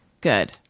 good